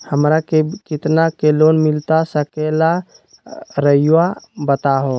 हमरा के कितना के लोन मिलता सके ला रायुआ बताहो?